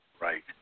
Right